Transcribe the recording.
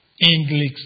English